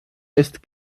ist